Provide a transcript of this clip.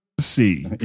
see